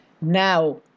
Now